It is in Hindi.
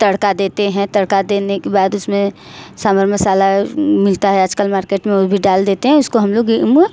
तड़का देते हैं तड़का देने के बाद उसमें साम्भर मसाला मिलता है आजकल मार्केट में वह भी डाल देते हैं उसको हम लोग इसमें